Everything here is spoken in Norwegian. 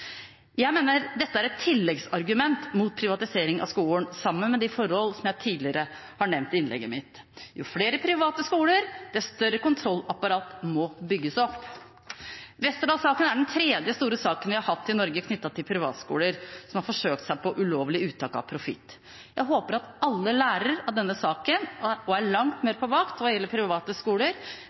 Jeg mener dette er et tilleggsargument mot privatisering av skolen, sammen med de forhold som jeg har nevnt tidligere i innlegget mitt. Jo flere private skoler, dess større kontrollapparat må bygges opp. Westerdals-saken er den tredje store saken vi har hatt i Norge knyttet til privatskoler som har forsøkt seg på ulovlig uttak av profitt. Jeg håper at alle lærer av denne saken og er langt mer på vakt hva gjelder private skoler,